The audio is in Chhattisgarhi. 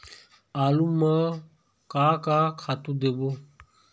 आलू म का का खातू देबो?